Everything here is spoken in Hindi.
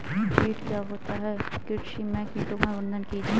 कीट क्या होता है कृषि में कीटों का वर्णन कीजिए?